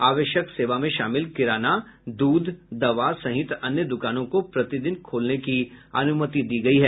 आवश्यक सेवा में शामिल किराना दूध दवा सहित अन्य दुकानों को प्रतिदिन खोलने की अनुमति दी गयी है